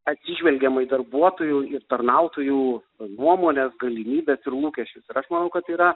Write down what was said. atsižvelgiama į darbuotojų ir tarnautojų nuomones galimybes ir lūkesčius ir aš manau kad yra